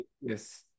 yes